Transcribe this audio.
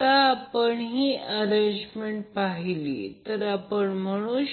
तर नंतर 360° जोडा इतर मार्गाने ते लॅगिंग आहे तर इतर मार्गाने